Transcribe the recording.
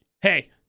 hey